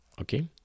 Okay